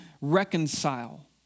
reconcile